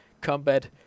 combat